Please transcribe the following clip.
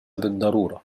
بالضرورة